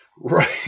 Right